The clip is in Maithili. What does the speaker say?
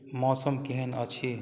मौसम केहन अछि